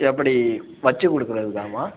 எப்படி வச்சு கொடுக்குறதுக்காமா